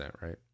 right